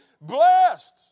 blessed